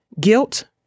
guilt